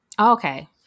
Okay